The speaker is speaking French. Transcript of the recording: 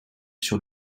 sur